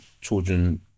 children